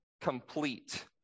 complete